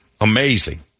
Amazing